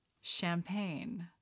champagne